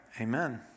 Amen